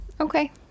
Okay